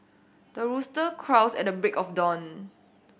the rooster crows at the break of dawn